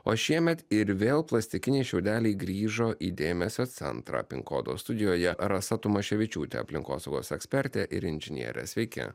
o šiemet ir vėl plastikiniai šiaudeliai grįžo į dėmesio centrą pin kodo studijoje rasta tumaševičiūtė aplinkosaugos ekspertė ir inžinierė sveiki